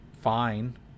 fine